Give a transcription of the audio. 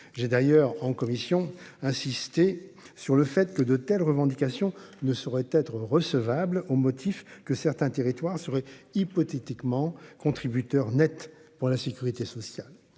J'ai d'ailleurs en commission insisté sur le fait que de telles revendications ne saurait être recevable au motif que certains territoires serait hypothétiquement contributeurs nets pour la sécurité sociale